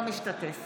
אינו משתתף